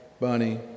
Bunny